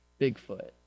Bigfoot